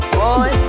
boy